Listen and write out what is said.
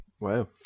Wow